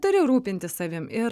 turi rūpintis savim ir